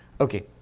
Okay